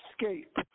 escape